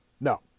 No